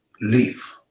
leave